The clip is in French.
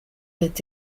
est